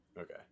okay